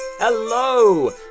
Hello